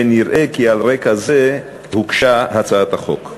ונראה כי על רקע זה הוגשה הצעת החוק.